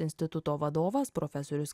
instituto vadovas profesorius